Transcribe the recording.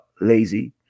lazy